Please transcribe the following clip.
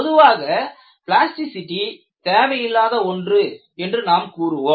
பொதுவாக பிளாஸ்டிசிடி தேவையில்லாத ஒன்று என்று நாம் கூறுவோம்